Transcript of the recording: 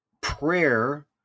prayer